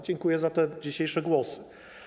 Dziękuję za te dzisiejsze głosy.